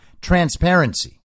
transparency